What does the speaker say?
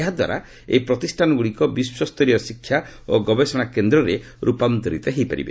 ଏହାଦ୍ୱାରା ଏହି ପ୍ରତିଷ୍ଠାନଗ୍ରଡ଼ିକ ବିଶ୍ୱସ୍ତରୀୟ ଶିକ୍ଷା ଓ ଗବେଷଣା କେନ୍ଦ୍ରରେ ରୂପାନ୍ତରିତ ହୋଇପାରିବ